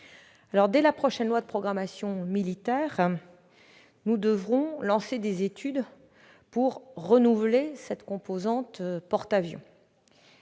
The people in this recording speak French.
Dès la prochaine loi de programmation militaire, nous devrons lancer des études pour renouveler cette composante des porte-avions.